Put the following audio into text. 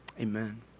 Amen